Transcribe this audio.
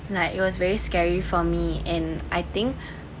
like it was very scary for me and I think